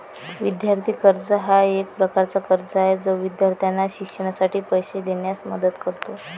विद्यार्थी कर्ज हा एक प्रकारचा कर्ज आहे जो विद्यार्थ्यांना शिक्षणासाठी पैसे देण्यास मदत करतो